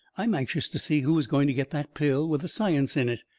i'm anxious to see who is going to get that pill with the science in it.